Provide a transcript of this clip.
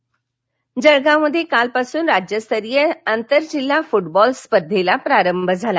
जळगाव जळगाव मध्ये कालपासून राज्यस्तरीय आंतरजिल्हा फुटबॉल स्पर्धेला प्रारंभ झाला